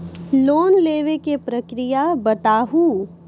Loan लेवे के प्रक्रिया बताहू?